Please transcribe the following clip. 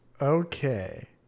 Okay